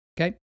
okay